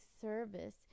service